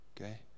okay